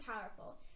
powerful